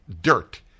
dirt